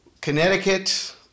Connecticut